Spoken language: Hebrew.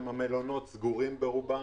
המלונות סגורים ברובם